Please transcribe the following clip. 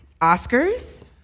Oscars